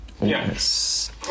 Yes